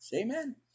Amen